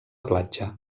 platja